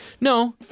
No